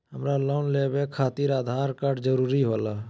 हमरा लोन लेवे खातिर आधार कार्ड जरूरी होला?